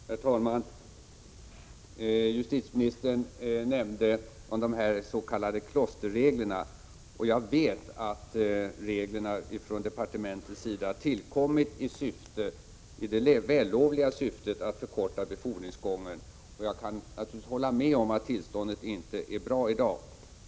Herr talman! Justitieministern nämnde de s.k. klosterreglerna. Jag vet att reglerna från departementets sida tillkommit i det vällovliga syftet att förkorta befordringsgången. Jag kan naturligtvis hålla med om att tillståndet idaginte är bra.